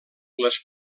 les